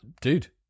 Dude